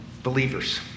Believers